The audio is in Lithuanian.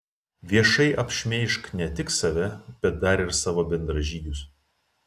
viešai apšmeižk ne tik save bet dar ir savo bendražygius